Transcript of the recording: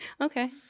Okay